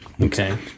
Okay